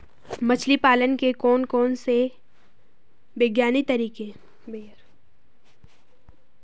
मछली पालन के लिए कौन कौन से वैज्ञानिक तरीके हैं और उन में से सबसे अच्छा तरीका बतायें?